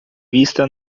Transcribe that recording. vista